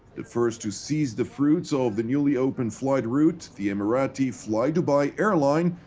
the first to seize the fruits of the newly opened flight route, the emirati flydubai airline,